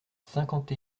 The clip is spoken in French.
cinquante